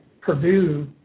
Purdue